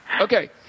Okay